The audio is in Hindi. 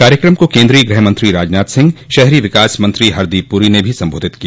कार्यक्रम को केन्द्रीय गृहमंत्री राजनाथ सिंह शहरी विकास मंत्री हरदीप पुरी ने भी संबोधित किया